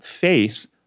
face